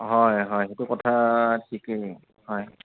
হয় হয় সেইটো কথা ঠিকেই হয়